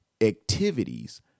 activities